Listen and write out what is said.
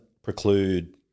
preclude